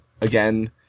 again